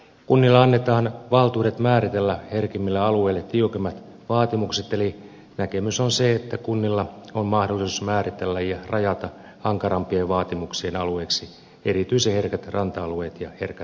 kunnille annetaan valtuudet määritellä herkimmille alueille tiukemmat vaatimukset eli näkemys on se että kunnilla on mahdollisuus määritellä ja rajata ankarampien vaatimuksien alueiksi erityisen herkät ranta alueet ja herkät pohjavesialueet